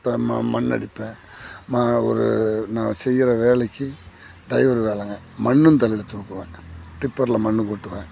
தா ம மண் அடிப்பேன் மா ஒரு நா செய்கிற வேலைக்கு டிரைவர் வேலைங்க மண்ணும் தலையில் தூக்குவேன் டிப்பரில் மண்ணு கொட்டுவேன்